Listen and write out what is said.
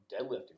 deadlifting